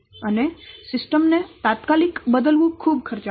અને સિસ્ટમ ને તાત્કાલિક બદલવું ખૂબ ખર્ચાળ હશે